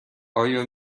آیا